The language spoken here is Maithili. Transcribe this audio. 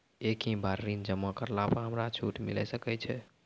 एक ही बार ऋण जमा करला पर हमरा छूट मिले सकय छै?